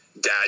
dad